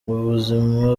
ubuzima